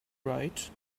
right